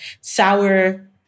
Sour